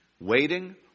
Waiting